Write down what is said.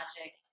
magic